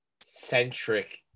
centric